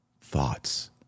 thoughts